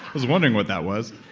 was wondering what that was